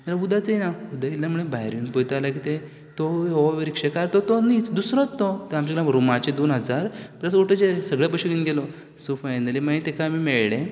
जाल्यार उदक येयना उदक येयना म्हण भायर पयता जाल्यार कितें तो हो रिक्षेकार तर तो न्हीच दुसरोच तो आमच्या लागून रुमाचे दोन हजार प्लस ओटोचे सगले पयशे घेवन गेलो सो फायनली मागीर तेका आमी मेळ्ळे